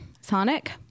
Sonic